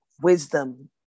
wisdom